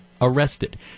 arrested